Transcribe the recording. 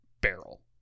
barrel